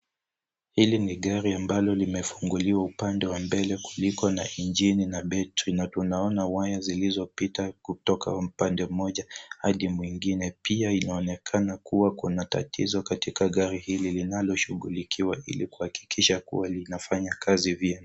Hili ni gari ambalo limefunguliwa upande wa mbele kuliko na injini na betri na tunaona waya zilizopita kutoka upande mmoja hadi mwingine. Pia inaonekana kuwa kuna tatizo katika gari hili linaloshughulikiwa ili kuhakikisha kuwa linafanya kazi vyema.